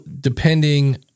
depending